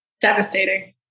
Devastating